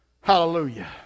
Hallelujah